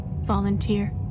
volunteer